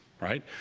right